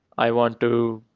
i want to